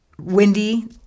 windy